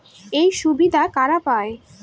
এই সুবিধা কারা পায়?